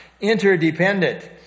Interdependent